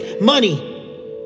money